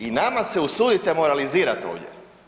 I nama se usudite moralizirat ovdje.